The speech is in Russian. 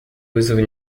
вызовы